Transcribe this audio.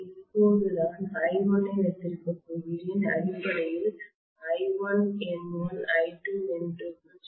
இப்போது நான் I1 ஐ வைத்திருக்கப் போகிறேன் அடிப்படையில் I1N1 I2N2க்கு சமம்